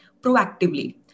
proactively